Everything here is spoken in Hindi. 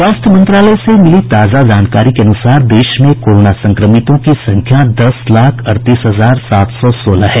स्वास्थ्य मंत्रालय से मिली ताजा जानकारी के अनुसार देश में कोरोना संक्रमितों की संख्या दस लाख अड़तीस हजार सात सौ सोलह है